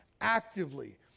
actively